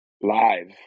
live